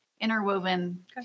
interwoven